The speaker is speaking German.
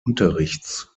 unterrichts